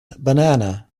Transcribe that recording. banana